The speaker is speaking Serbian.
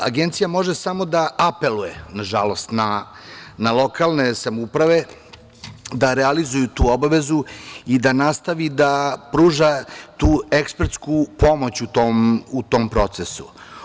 Agencija može samo da apeluje, nažalost, na lokalne samouprave, da realizuju tu obavezu i da nastavi da pruža tu ekspertsku pomoć u tom procesu.